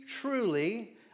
truly